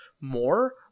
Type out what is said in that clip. more –